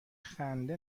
خنده